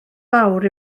fawr